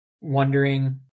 wondering